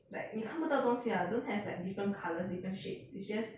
like 你看不到东西 lah don't have like different colours different shapes is just